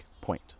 point